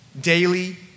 daily